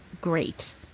great